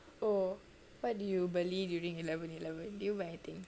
oh what did you beli during eleven eleven did you buy anything